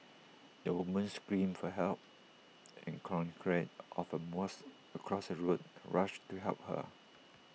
the woman screamed for help and congregants of A mosque across the road rushed to help her